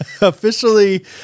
Officially